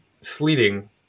sleeting